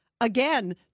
again